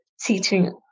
teaching